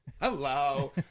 Hello